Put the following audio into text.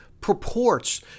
purports